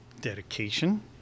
dedication